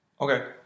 okay